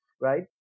right